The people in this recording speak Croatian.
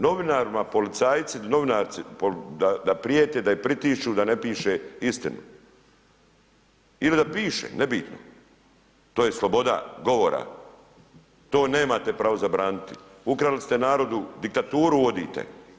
Novinari, policajci novinari, da prijete, da ih pritišću da ne pišu istinu ili da piše nebitno, to je sloboda govora, to nemate pravo zabraniti, ukrali ste narodu, diktaturu uvodite.